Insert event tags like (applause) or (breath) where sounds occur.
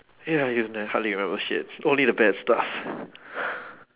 ya you've ne~ hardly remember shits only the bad stuff (breath)